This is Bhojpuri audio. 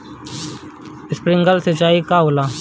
स्प्रिंकलर सिंचाई का होला?